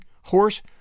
horse